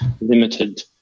limited